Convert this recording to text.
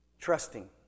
trusting